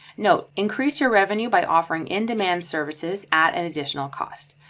no, increase your revenue by offering in demand services at an additional cost.